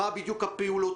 מה בדיוק הפעולות,